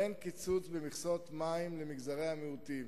אין קיצוץ במכסות מים למגזרי המיעוטים.